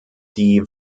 die